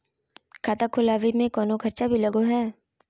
खाता खोलावे में कौनो खर्चा भी लगो है?